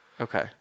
Okay